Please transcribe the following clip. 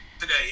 Today